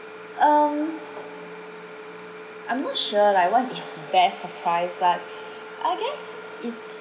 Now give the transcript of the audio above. um I'm not sure like what is best surprise but I guess it's